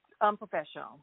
unprofessional